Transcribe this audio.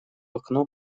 окно